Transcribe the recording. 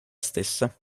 stessa